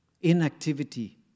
Inactivity